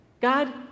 God